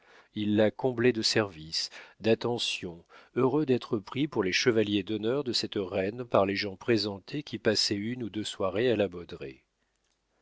ils la comblaient de services d'attentions heureux d'être pris pour les chevaliers d'honneur de cette reine par les gens présentés qui passaient une ou deux soirées à la